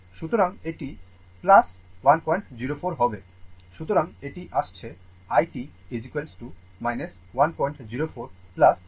সুতরাং এটি আসছে i t 104 124 e এর পাওয়ার t মিলিঅ্যাম্পিয়ার